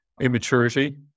immaturity